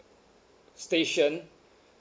station